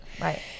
right